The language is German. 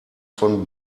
von